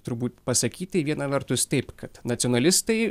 turbūt pasakyti viena vertus taip kad nacionalistai